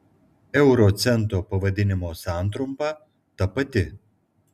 euro cento pavadinimo santrumpa ta pati